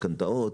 משכנתאות.